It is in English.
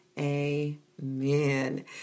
Amen